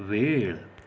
वेळ